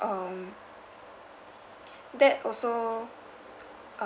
um that also